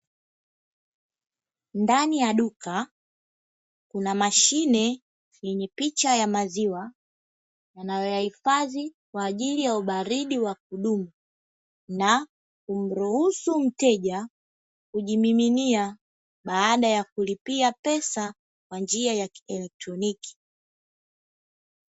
Ndani ya duka, kuna mashine yenye picha ya maziwa yanayoyahifadhi kwa ajili ya ubaridi wa kudumu, na kumruhusu mteja kujimiminia baada ya kulipia pesa kwa njia ya kielektroniki.